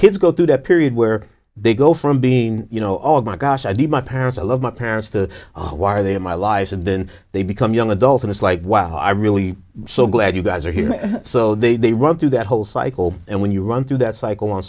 kids go through that period where they go from being you know all of my gosh i did my parents i love my parents to why are they in my life and then they become young adults and it's like wow i really so glad you guys are here so they run through that whole cycle and when you run through that cycle on